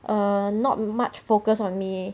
err not much focus on me